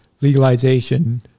legalization